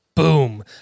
Boom